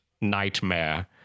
nightmare